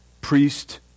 priest